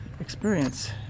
experience